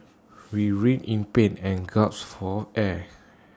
re writhed in pain and gasped for air